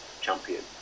champion